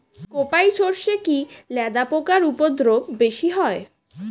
কোপ ই সরষে কি লেদা পোকার উপদ্রব বেশি হয়?